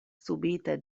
subite